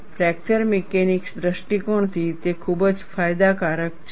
fracture mechanics દૃષ્ટિકોણથી તે ખૂબ જ ફાયદાકારક છે